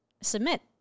submit